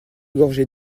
gorgées